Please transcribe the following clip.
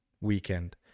weekend